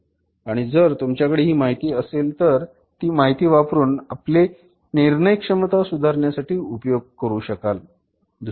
आणि जर तुमच्याकडे ही माहिती असेल तर ती माहिती वापरून आपले निर्णय क्षमता सुधारण्यासाठी उपयोग करू शकाल